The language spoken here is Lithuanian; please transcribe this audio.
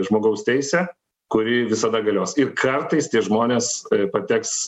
žmogaus teisė kuri visada galios ir kartais tie žmonės pateks